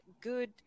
good